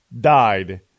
died